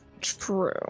true